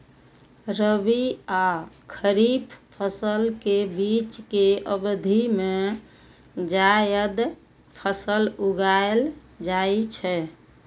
रबी आ खरीफ फसल के बीच के अवधि मे जायद फसल उगाएल जाइ छै